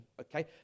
okay